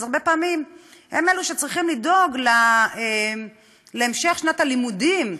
אז הרבה פעמים הם אלה שצריכים לדאוג להמשך שנת הלימודים,